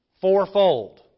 fourfold